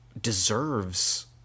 deserves